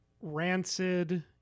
Rancid